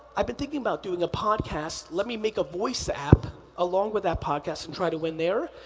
i've been thinking about doing a podcast. let me make a voice app along with that podcast and try to win there.